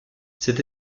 cette